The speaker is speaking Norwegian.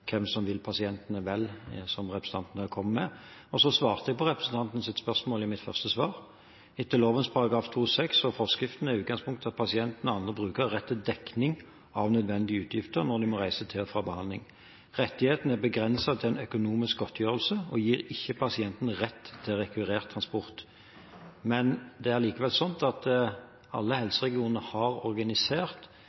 hvem som vil pasientene vel, som representanten her kom med. Så svarte jeg på representantens spørsmål i mitt første svar: Etter lovens § 2-6 og forskriften er utgangspunktet at pasienter og andre brukere har rett til dekning av nødvendige utgifter når de må reise til og fra behandling. Rettigheten er begrenset til en økonomisk godtgjørelse, og gir ikke pasientene rett til rekvirert transport. Men det er likevel sånn at alle